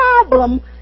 problem